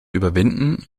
überwinden